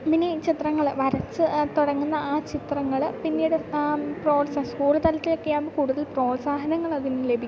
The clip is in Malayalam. പിന്നെയീ ചിത്രങ്ങൾ വരച്ച് തുടങ്ങുന്ന ആ ചിത്രങ്ങൾ പിന്നീട് ആ പ്രോസസ്സ് സ്കൂൾ തലത്തിലൊക്കെയാകുമ്പോൾ കൂടുതൽ പ്രോത്സാഹനങ്ങളതിനു ലഭിക്കും